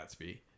gatsby